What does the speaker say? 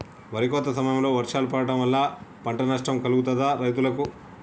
వరి కోత సమయంలో వర్షాలు పడటం వల్ల పంట నష్టం కలుగుతదా రైతులకు?